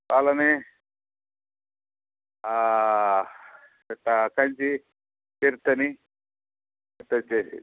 పళని ఇటు కంచి తిరుత్తణి ఇటు వచ్చి